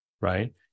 Right